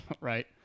right